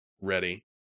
ready